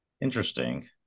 Interesting